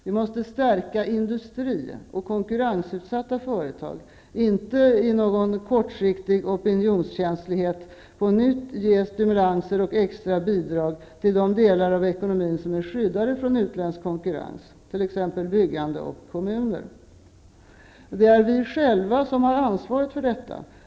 Vi måste stärka industri och konkurrensutsatta företag, inte i kortsiktig opinionskänslighet på nytt ge stimulanser och extra bidrag till de delar av ekonomin som är skyddade mot utländsk konkurrens -- t.ex. Det är vi själva som har ansvaret för detta.